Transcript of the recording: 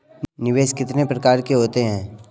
निवेश कितने प्रकार के होते हैं?